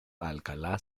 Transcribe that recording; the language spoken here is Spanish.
alcalá